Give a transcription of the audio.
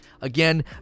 Again